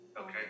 Okay